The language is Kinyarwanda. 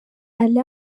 alain